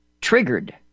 Triggered